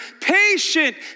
patient